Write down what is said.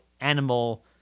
animal